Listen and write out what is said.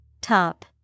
Top